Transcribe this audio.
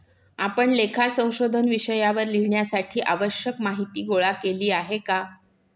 आपण लेखा संशोधन विषयावर लिहिण्यासाठी आवश्यक माहीती गोळा केली आहे का?